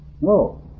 No